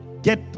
Get